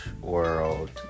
world